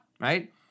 right